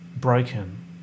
broken